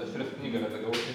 aš ir jos knygą redagavau tai